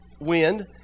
wind